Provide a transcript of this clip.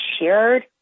shared